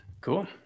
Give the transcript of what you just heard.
Cool